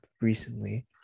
recently